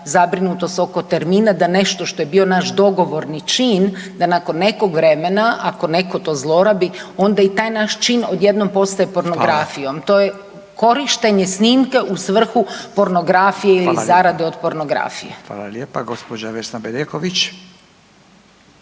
zabrinutost oko termina da nešto što je bio naš dogovorni čin, da nakon nekog vremena ako netko to zlorabi onda i taj naš čin odjednom postaje pornografijom …/Upadica: Hvala./… to je korištenje snimke u svrhu pornografije ili zarade od pornografije. **Radin, Furio (Nezavisni)**